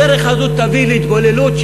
הדרך הזו תביא להתבוללות,